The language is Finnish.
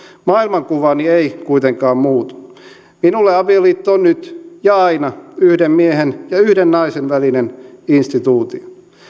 maailmankuvani ei kuitenkaan muutu minulle avioliitto on nyt ja aina yhden miehen ja yhden naisen välinen instituutio